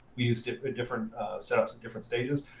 we use different different setups at different stages.